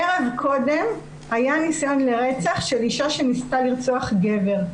ערב קודם היה ניסיון לרצח של אישה שניסתה לרצוח גבר.